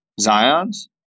Zion's